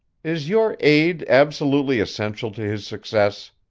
is your aid absolutely essential to his success?